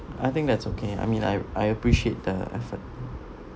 I think that's okay I mean I I appreciate the effort